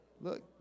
Look